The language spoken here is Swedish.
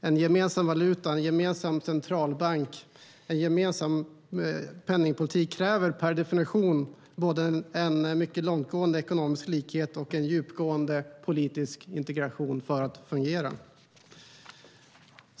En gemensam valuta, en gemensam centralbank och en gemensam penningpolitik kräver per definition både en mycket långtgående ekonomisk likhet och en djupgående politisk integration för att fungera.